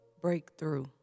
Breakthrough